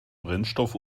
brennstoff